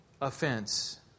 offense